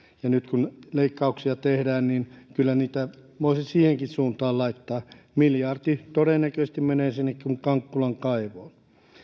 ja nyt kun leikkauksia tehdään kyllä niitä voisi siihenkin suuntaan laittaa miljardi todennäköisesti menee sinne kuin kankkulan kaivoon